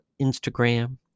Instagram